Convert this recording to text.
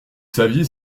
saviez